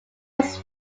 was